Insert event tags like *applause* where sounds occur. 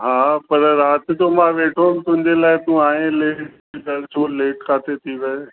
हा पर राति जो मां वेठो हुउमि तुंहिंजे लाइ तूं आएं लेट *unintelligible* लेट किथे थी वएं